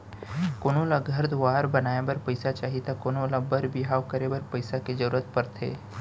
कोनो ल घर दुवार बनाए बर पइसा चाही त कोनों ल बर बिहाव करे बर पइसा के जरूरत परथे